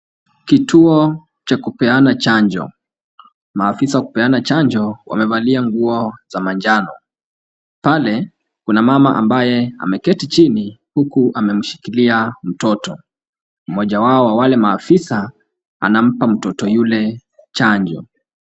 Kituo cha kupeana chanjo. Maafisa wa kupeana chanjo wamevalia nguo za manjano. Pale, kuna mama ambaye ameketi chini huku amemshikilia mtoto. Mmoja wao wa wale maafisa anampa mtoto yule chanjo.